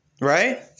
Right